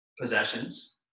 possessions